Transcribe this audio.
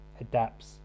adapts